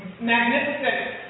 Magnificent